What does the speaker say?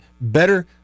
better